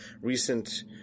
recent